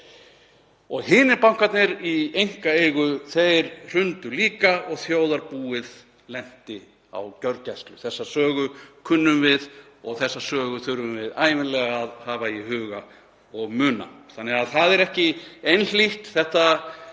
Hinir bankarnir í einkaeigu hrundu líka og þjóðarbúið lenti á gjörgæslu. Þessa sögu kunnum við og þessa sögu þurfum við ævinlega að hafa í huga og muna. Þannig að það er ekki einhlítt, þetta